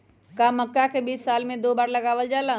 का मक्का के बीज साल में दो बार लगावल जला?